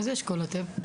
באיזה אשכול אתם?